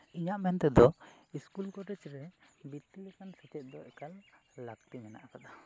ᱤᱧᱟᱹᱜ ᱢᱮᱱ ᱛᱮᱫᱚ ᱥᱠᱩᱞ ᱠᱚᱞᱮᱡᱽ ᱨᱮ ᱵᱨᱤᱛᱛᱤ ᱞᱮᱠᱟᱱ ᱥᱮᱪᱮᱫ ᱫᱚ ᱮᱠᱟᱞ ᱞᱟᱹᱠᱛᱤ ᱢᱮᱱᱟᱜᱼᱟ